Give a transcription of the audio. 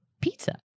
Pizza